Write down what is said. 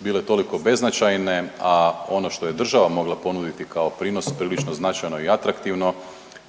bile toliko beznačajne, a ono što je država mogla ponuditi kao prinos prilično značajno i atraktivno